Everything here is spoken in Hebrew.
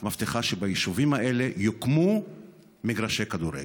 מבטיחה שביישובים האלה יוקמו מגרשי כדורגל?